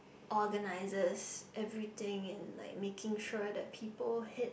organises everything and like making sure that people hit